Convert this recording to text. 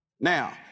Now